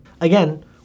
Again